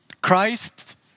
Christ